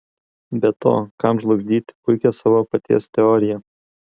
be to kam žlugdyti puikią savo paties teoriją